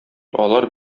алар